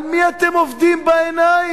על מי אתם עובדים בעיניים?